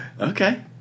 Okay